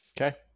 Okay